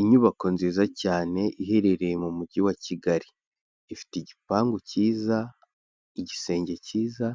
Inyubako nziza cyane iherereye mu mujyi wa kigali ifite igipangu cyiza, igisenge cyiza,